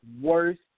worst